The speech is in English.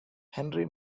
henry